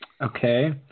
Okay